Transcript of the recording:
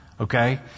Okay